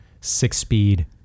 six-speed